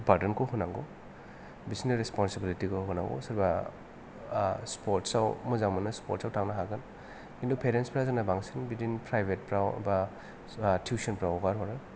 पार्दनखौ होनांगौ बिसिनो रेसपन्सिबिलिटिखौ होनांगौ सोरबा स्पर्टसाव मोजां मोनो स्पर्टसाव थांनो हागोन खिन्थु पेरेन्टसफ्रा जोंना बांसिन बिदिनो प्राइभेटफ्राव बा टुइस्सनफ्राव हगारहरो